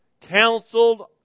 counseled